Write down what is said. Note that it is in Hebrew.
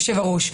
היושב-ראש,